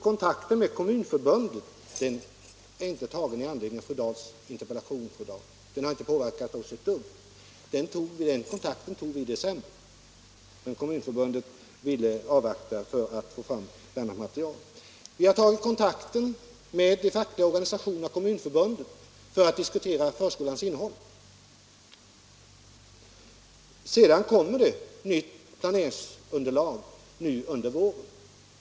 Kontakten med Kommunförbundet är inte tagen med anledning av fru Dahls interpellation — den har inte påverkat oss ett dugg. Kontakten med Kommunförbundet tog vi i december, men Kommunförbundet ville avvakta för att få fram ett annat material. Vi har också tagit kontakter med de fackliga organisationerna och Kommunförbundet för att diskutera förskolans innehåll. Det kommer ett nytt planeringsunderlag nu under våren.